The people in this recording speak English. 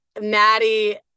maddie